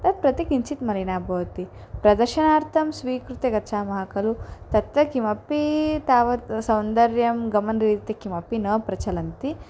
तत् प्रति किञ्चित् मलिनं भवति प्रदर्शनार्थं स्वीकृत्य गच्छामः खलु तत्र किमपि तावत् सौन्दर्यं गमनरीत्या किमपि न प्रचलन्ति